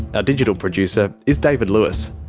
our digital producer is david lewis.